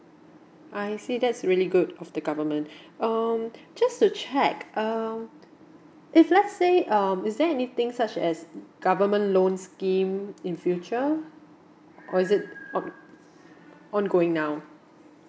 I see that's really good of the government um just to check um if let's say um is there anything such as government loan scheme in future or is it on ongoing now